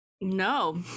No